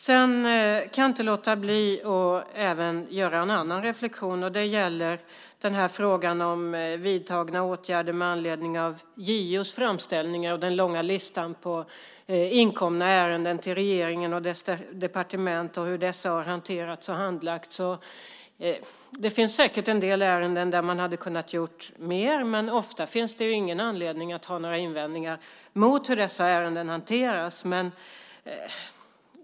Jag kan inte låta bli att även göra en annan reflexion, och det gäller frågan om vidtagna åtgärder med anledning av JO:s framställning och den långa listan på inkomna ärenden till regeringen och dess departement och hur dessa har hanterats och handlagts. Det finns säkert ärenden där man hade kunnat göra mer, men ofta finns det ingen anledning att ha några invändningar mot hur dessa ärenden hanterats.